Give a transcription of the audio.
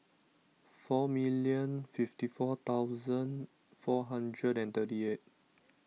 four million fifty four thousand four hundred and thirty eight